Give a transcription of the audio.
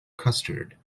custard